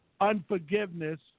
unforgiveness